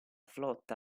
flotta